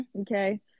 okay